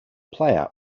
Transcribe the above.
player